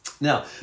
Now